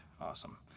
awesome